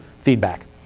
feedback